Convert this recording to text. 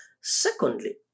Secondly